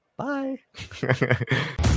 Bye